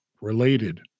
related